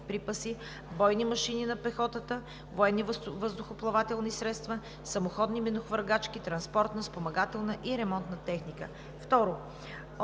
припаси, бойни машини на пехотата, военни въздухоплавателни средства, самоходни минохвъргачки, транспортна спомагателна и ремонтна техника. 2.